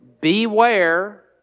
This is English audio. Beware